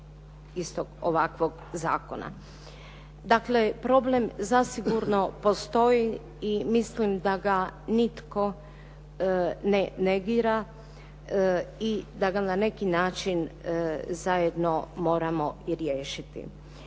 istog ovakvog zakona. Dakle, problem zasigurno postoji i mislim da ga nitko ne negira i da ga na neki način zajedno moramo i riješiti.